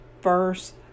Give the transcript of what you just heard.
first